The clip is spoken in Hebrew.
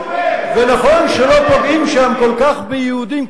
ונכון שלא פוגעים שם כל כך ביהודים,